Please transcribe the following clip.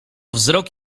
wzrok